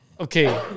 okay